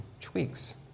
tweaks